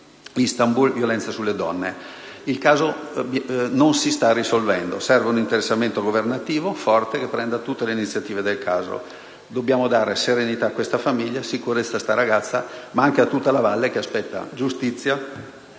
Istanbul, violenza sulle donne. Il caso non si sta risolvendo. Serve un interessamento forte del Governo, che deve assumere tutte le iniziative del caso. Dobbiamo ridare serenità a questa famiglia e sicurezza a questa ragazza, ma anche a tutta la Valle, che aspetta si faccia